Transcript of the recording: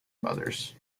mother’s